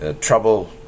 Trouble